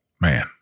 Man